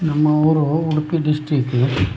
ನಮ್ಮ ಊರು ಉಡುಪಿ ಡಿಸ್ಟ್ರಿಕ್